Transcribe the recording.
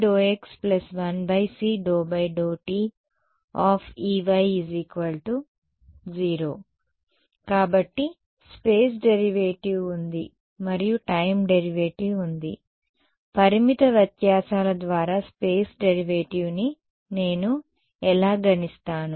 ∂x 1c∂t Ey0 కాబట్టి space derivative ఉంది మరియు టైమ్ డెరివేటివ్ ఉంది పరిమిత వ్యత్యాసాల ద్వారా స్పేస్ డెరివేటివ్ని నేను ఎలా గణిస్తాను